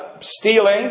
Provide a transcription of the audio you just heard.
Stealing